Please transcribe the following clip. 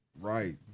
right